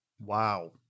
Wow